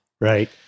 right